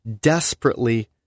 desperately